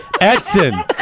Edson